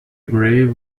grave